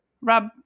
rub